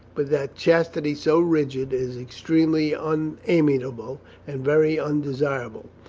but that chastity so rigid is extremely unamiable and very undesirable.